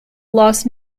lost